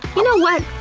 you know what?